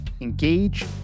engage